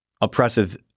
oppressive